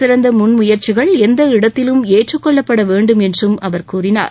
சிறந்த முன்முயற்சிகள் எந்த இடத்திலும் ஏற்றுக்கொள்ளப்பட வேண்டும் என்றும் அவர் கூறினார்